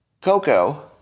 Coco